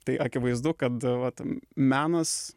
tai akivaizdu kad vat menas